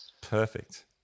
Perfect